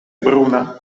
bruna